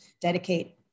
dedicate